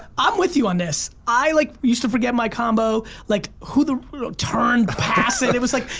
i'm with you on this. i like used to forget my combo, like who the, turn, pass, and it was like,